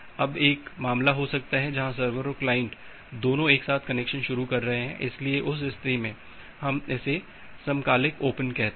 अब एक मामला हो सकता है जहां सर्वर और क्लाइंट दोनों एक साथ कनेक्शन शुरू कर रहे हैं इसलिए उस स्थिति में हम इसे समकालिक ओपन कहते हैं